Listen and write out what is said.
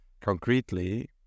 concretely